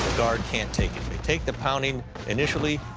guard can't take it, they take the pounding initially,